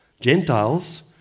Gentiles